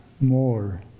more